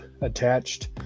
attached